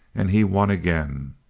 and he won again!